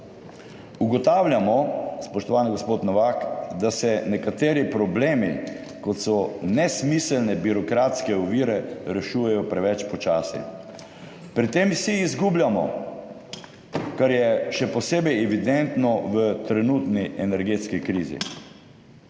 Ugotavljamo, spoštovani gospod Novak, da se nekateri problemi, kot so nesmiselne birokratske ovire rešujejo preveč počasi. Pri tem vsi izgubljamo, kar je še posebej evidentno v trenutni energetski krizi.